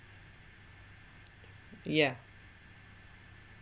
yeah